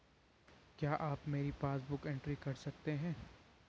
क्या आप मेरी पासबुक बुक एंट्री कर सकते हैं?